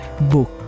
book